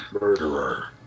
Murderer